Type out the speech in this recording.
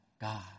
God